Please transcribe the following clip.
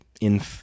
in-